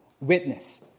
witness